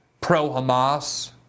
Pro-Hamas